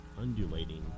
undulating